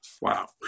Wow